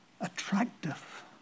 attractive